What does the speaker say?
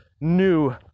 new